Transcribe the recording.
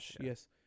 yes